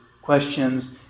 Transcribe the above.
Questions